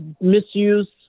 misuse